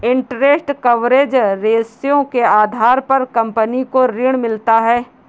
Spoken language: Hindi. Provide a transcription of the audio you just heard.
इंटेरस्ट कवरेज रेश्यो के आधार पर कंपनी को ऋण मिलता है